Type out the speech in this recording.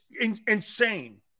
insane